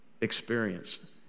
experience